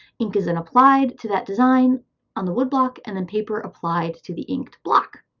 ink is and applied to that design on the woodblock, and then paper applied to the inked block.